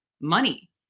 money